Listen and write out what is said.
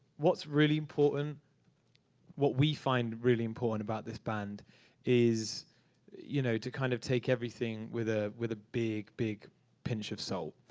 what's really important what we find really important about this band is you know to kind of take everything with ah a big, big pinch of salt.